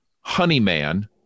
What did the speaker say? Honeyman